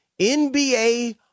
NBA